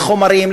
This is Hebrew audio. לחומרים,